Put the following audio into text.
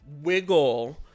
wiggle